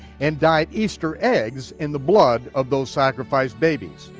and dyed easter eggs in the blood of those sacrificed babies.